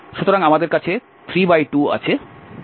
সুতরাং আমাদের 32 আছে